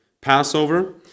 Passover